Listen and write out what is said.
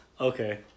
Okay